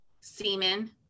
semen